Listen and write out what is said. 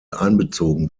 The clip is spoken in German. einbezogen